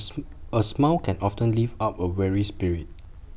A smile can often lift up A weary spirit